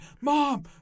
Mom